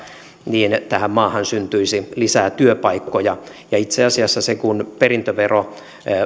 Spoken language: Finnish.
niin tähän maahan syntyisi lisää työpaikkoja ja itse asiassa se kun perintövero